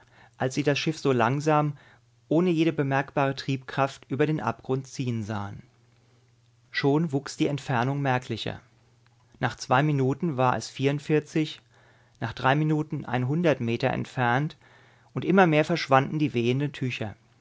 als sie das schiff so ganz langsam ohne jede bemerkbare triebkraft über den abgrund ziehen sahen schon wuchs die entfernung merklicher nach zwei minuten war es nach drei minuten ein meter entfernt und immer mehr verschwanden die wehenden tücher